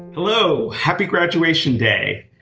hello, happy graduation day!